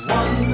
one